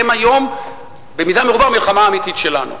הם היום במידה מרובה המלחמה האמיתית שלנו.